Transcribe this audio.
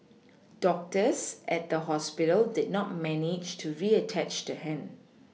doctors at the hospital did not manage to reattach the hand